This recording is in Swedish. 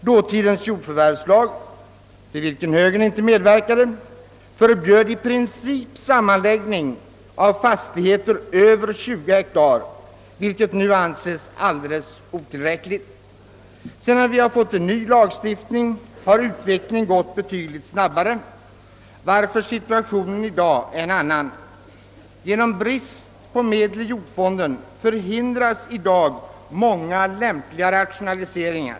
Dåtidens jordförvärvslag, till vilken högerpartiet inte medverkade, förbjöd i princip sammanläggning av fastigheter över 20 hektar, vilket nu anses alldeles otillräckligt. Sedan vi fått en ny lagstiftning har utvecklingen gått betydligt snabbare, varför situationen i dag är en annan. På grund av brist på medel i jordfonden förhindras i dag många lämpliga rationaliseringar.